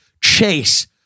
chase